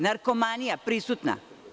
Narkomanija prisutna.